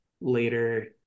later